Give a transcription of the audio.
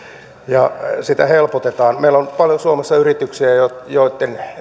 ja sitä helpotetaan meillä on paljon suomalaisia yrityksiä joitten